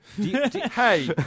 hey